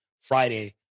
Friday